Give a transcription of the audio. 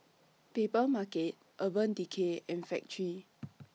Papermarket Urban Decay and Factorie